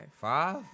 Five